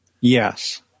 Yes